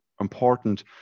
important